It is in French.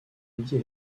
eddie